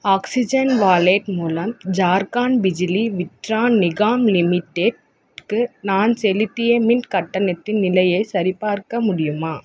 oxygen wallet மூலம் ஜார்க்காண்ட் பிஜிலி விட்ரான் நிகாம் லிமிட்டெட்க்கு நான் செலுத்திய மின் கட்டணத்தின் நிலையைச் சரிபார்க்க முடியுமா